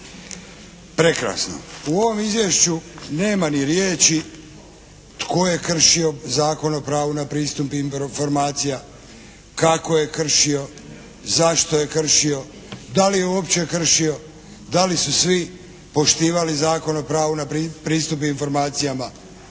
Prekrasno. U ovom izvješću nema ni riječi tko je kršio Zakon o pravu na pristup informacija, kako je kršio, zašto je kršio, da li je uopće kršio, da li su svi poštivali Zakon o pravu na pristup informacijama?